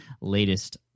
latest